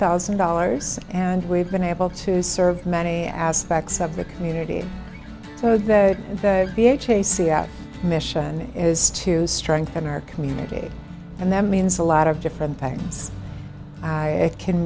thousand dollars and we've been able to serve many aspects of the community so that b h a see at mission is to strengthen our community and that means a lot of different things i can